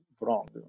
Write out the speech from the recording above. wrong